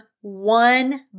one